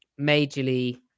majorly